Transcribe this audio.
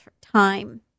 time